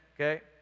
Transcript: okay